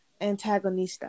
antagonista